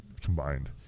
combined